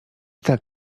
tak